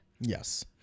Yes